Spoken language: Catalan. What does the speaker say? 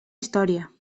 història